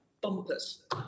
bumpers